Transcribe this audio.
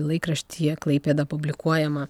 laikraštyje klaipėda publikuojama